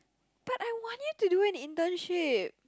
but I want you to do any internship